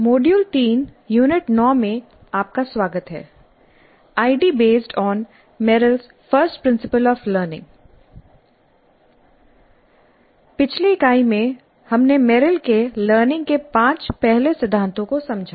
module 3 unit 9 में आपका स्वागत है ID based on Merrill first principle of learning ID Based on Merrill's first Principles of Learning पिछली इकाई में हमने मेरिल के लर्निंग के पांच पहले सिद्धांतों को समझा